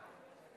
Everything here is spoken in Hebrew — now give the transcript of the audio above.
מס הכנסה (ניכוי בגין הוצאות טיפול בילדים),